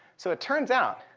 so it turns out,